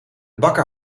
bakker